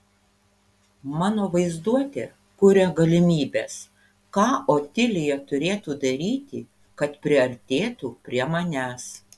mano vaizduotė kuria galimybes ką otilija turėtų daryti kad priartėtų prie manęs